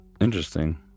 interesting